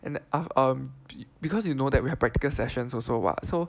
and I um be~ because you know that we have practical sessions also [what] so